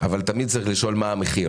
אבל תמיד צריך לשאול מה המחיר.